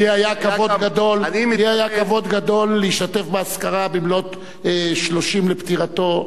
לי היה כבוד גדול להשתתף באזכרה במלאות 30 לפטירתו.